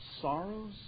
sorrows